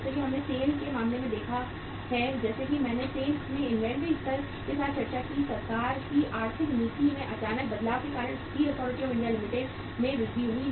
जैसा कि हमने SAIL के मामले में देखा है जैसा कि मैंने SAIL में इन्वेंट्री स्तर के साथ चर्चा की सरकार की आर्थिक नीति में अचानक बदलाव के कारण steel authority of India limited में वृद्धि हुई